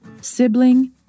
sibling